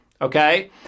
Okay